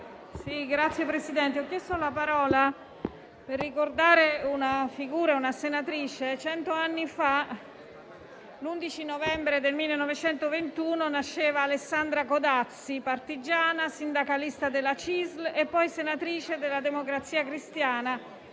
Signor Presidente, ho chiesto la parola per ricordare una figura, una senatrice: cent'anni fa, l'11 novembre del 1921, nasceva Alessandra Codazzi, partigiana, sindacalista della CISL e poi senatrice della Democrazia Cristiana